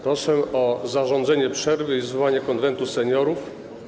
Proszę o zarządzenie przerwy i zwołanie Konwentu Seniorów.